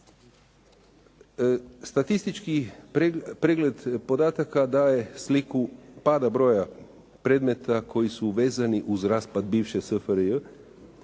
Statistički pregled podataka daje sliku pada broja predmeta koji su uvezeni uz raspad bivše SFRJ.